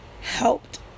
helped